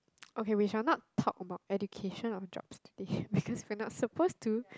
okay we shall not talk about education or jobs today because we are not supposed to